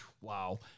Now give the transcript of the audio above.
Wow